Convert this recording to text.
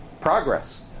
progress